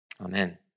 Amen